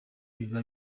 biba